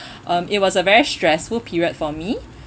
um it was a very stressful period for me